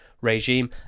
Regime